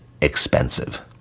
expensive